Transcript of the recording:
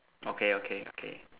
okay okay okay